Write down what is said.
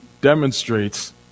demonstrates